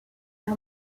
air